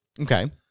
Okay